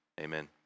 amen